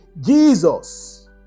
Jesus